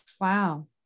wow